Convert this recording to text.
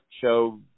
show